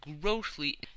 grossly